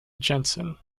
jensen